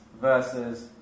versus